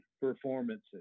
performances